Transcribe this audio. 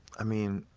i mean,